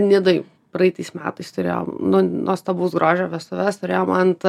nidoj praeitais metais turėjom nu nuostabaus grožio vestuves turėjom ant